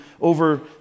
over